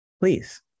Please